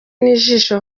n’ijisho